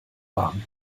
warm